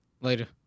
Later